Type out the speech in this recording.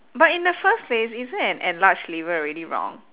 but in the first place isn't an enlarged liver already wrong